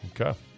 Okay